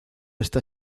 está